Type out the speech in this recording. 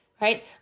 right